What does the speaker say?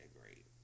great